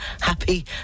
Happy